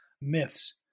myths